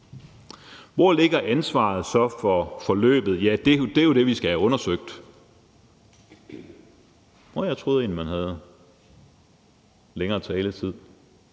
Hvor ligger ansvaret så for forløbet? Ja, det er jo det, vi skal have undersøgt ... Nå, jeg troede egentlig, man havde længere taletid